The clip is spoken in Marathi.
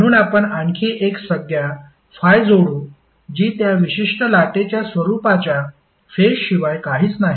म्हणून आपण आणखी एक संज्ञा ∅ जोडू जी त्या विशिष्ट लाटेच्या स्वरूपाच्या फेज शिवाय काहीच नाही